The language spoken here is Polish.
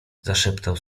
zaszeptał